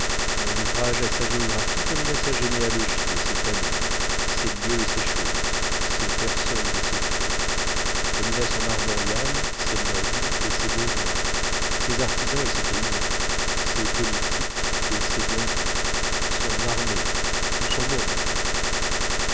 mon ouvrage a sa géographie comme il a sa généalogie et ses familles ses lieux et ses choses ses personnes et ses faits comme il a son armorial ses nobles et ses bourgeois ses artisans et ses paysans ses politiques et ses dandies son armée tout son monde enfin